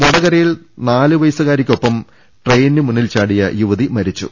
വടകരയിൽ നാലു വയസുകാരിക്കൊപ്പം ട്രെയിനിനു മുമ്പിൽ ചാടിയ യുവതി മരിച്ചു